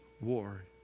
war